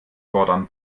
fordern